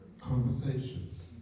Conversations